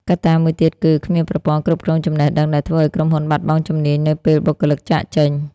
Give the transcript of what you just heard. កត្តាមួយទៀតគឺ គ្មានប្រព័ន្ធគ្រប់គ្រងចំណេះដឹង ដែលធ្វើឱ្យក្រុមហ៊ុនបាត់បង់ជំនាញនៅពេលបុគ្គលិកចាកចេញ។